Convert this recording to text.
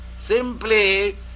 Simply